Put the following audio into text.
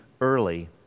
early